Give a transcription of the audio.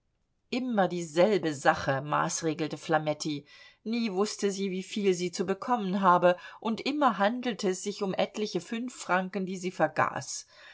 immer dieselbe sache maßregelte flametti nie wußte sie wieviel sie zu bekommen habe und immer handelte es sich um etliche fünf franken die sie vergaß